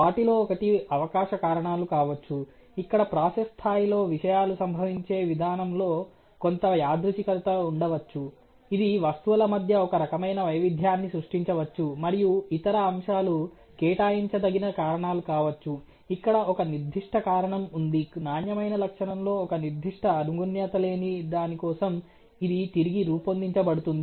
వాటిలో ఒకటి అవకాశ కారణాలు కావచ్చు ఇక్కడ ప్రాసెస్ స్థాయిలో విషయాలు సంభవించే విధానంలో కొంత యాదృచ్ఛికత ఉండవచ్చు ఇది వస్తువుల మధ్య ఒకరకమైన వైవిధ్యాన్ని సృష్టించవచ్చు మరియు ఇతర అంశాలు కేటాయించదగిన కారణాలు కావచ్చు ఇక్కడ ఒక నిర్దిష్ట కారణం ఉంది నాణ్యమైన లక్షణంలో ఒక నిర్దిష్ట అనుగుణ్యత లేని దాని కోసం ఇది తిరిగి రూపొందించబడుతుంది